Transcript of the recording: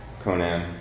Conan